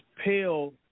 pale